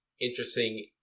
interesting